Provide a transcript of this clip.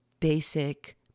basic